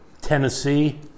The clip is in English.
Tennessee